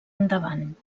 endavant